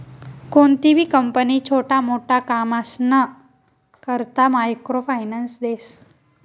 कोणतीबी कंपनी छोटा मोटा कामसना करता मायक्रो फायनान्स देस